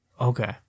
Okay